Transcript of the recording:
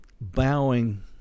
Bowing